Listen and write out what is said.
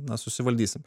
na susivaldysim